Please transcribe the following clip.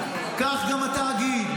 כך גם התאגיד.